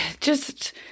just-